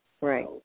Right